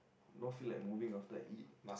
not feel like moving after I eat